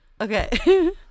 Okay